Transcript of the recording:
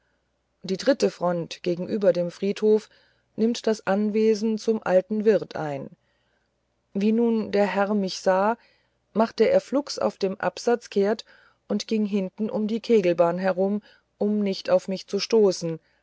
die dritte front gegenüber dem friedhof nimmt das anwesen zum alten wirt ein wie nun der herr mich sah machte er flugs auf dem absatz kehrt und ging hinten um die kegelbahn herum um nicht auf mich zu stoßen